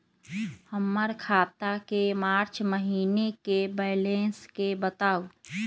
हमर खाता के मार्च महीने के बैलेंस के बताऊ?